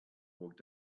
walked